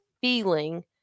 feeling